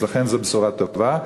לכן זאת בשורה טובה.